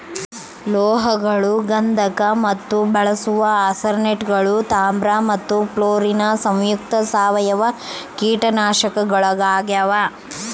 ಲೋಹಗಳು ಗಂಧಕ ಮತ್ತು ಬಳಸುವ ಆರ್ಸೆನೇಟ್ಗಳು ತಾಮ್ರ ಮತ್ತು ಫ್ಲೋರಿನ್ ಸಂಯುಕ್ತ ಸಾವಯವ ಕೀಟನಾಶಕಗಳಾಗ್ಯಾವ